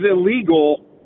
illegal